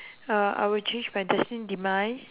well I would change my destined demise